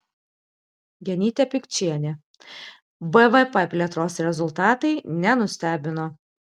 genytė pikčienė bvp plėtros rezultatai nenustebino